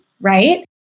right